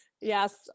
yes